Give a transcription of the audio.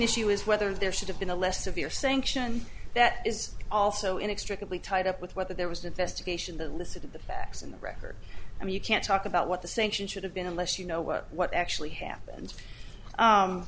issue is whether there should have been a less severe sanction that is also inextricably tied up with whether there was an investigation that listen to the facts in the record and you can't talk about what the sentient should have been unless you know what what actually happened